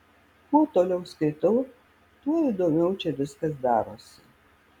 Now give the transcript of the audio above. kuo toliau skaitau tuo įdomiau čia viskas darosi